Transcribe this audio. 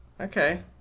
okay